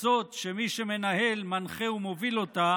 כזאת שמי שמנהל, מנחה ומוביל אותה